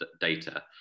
data